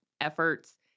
efforts